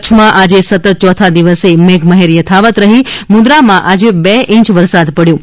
કચ્છમાં આજે સતત ચોથા દિવસે મેઘમહેર યથાવત રહી છે મુંદ્રામાં આજે બે ઇંચ વરસાદ પડ્યો છે